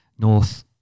North